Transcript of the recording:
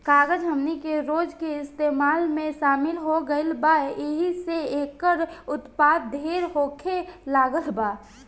कागज हमनी के रोज के इस्तेमाल में शामिल हो गईल बा एहि से एकर उत्पाद ढेर होखे लागल बा